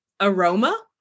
aroma